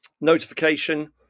notification